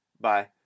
Bye